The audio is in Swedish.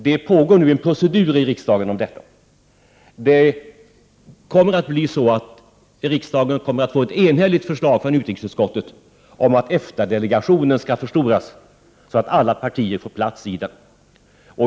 Det pågår nu en procedur i riksdagen om detta. Riksdagen kommer att få ett enhälligt förslag från utrikesutskottet om att EFTA delegationen skall förstoras, så att alla partier får plats i den.